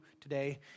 today